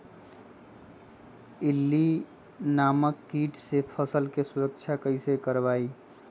इल्ली नामक किट से फसल के सुरक्षा कैसे करवाईं?